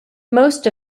most